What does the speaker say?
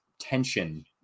tension